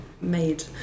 made